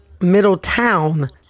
Middletown